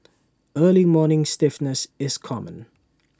early morning stiffness is common